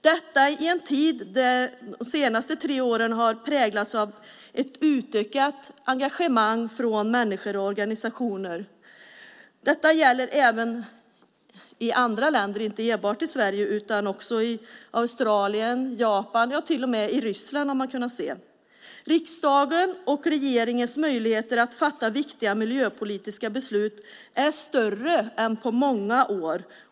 Detta sker i en tid då de senaste tre åren har präglats av ett utökat engagemang från människor och organisationer. Detta gäller inte enbart i Sverige utan också i andra länder, till exempel i Australien, i Japan och till och med i Ryssland. Riksdagens och regeringens möjligheter att fatta viktiga miljöpolitiska beslut är större än på många år.